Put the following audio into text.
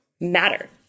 matter